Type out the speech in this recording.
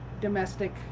domestic